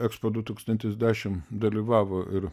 ekspo du tūkstantis dešim dalyvavo ir